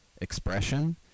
expression